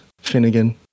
Finnegan